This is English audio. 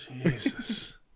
...Jesus